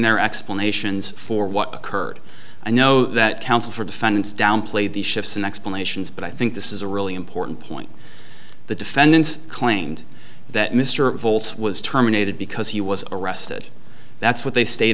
their explanations for what occurred i know that counsel for defendants downplayed the shifts in explanations but i think this is a really important point the defense claimed that mr voltz was terminated because he was arrested that's what they stated